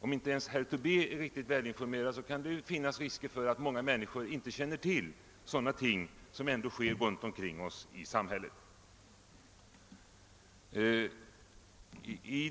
Om inte ens herr Tobé är riktigt väl informerad, så kan det ju finnas risk för att många människor inte känner till det som ändå sker runt omkring oss i samhället.